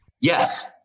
Yes